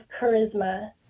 charisma